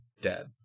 dead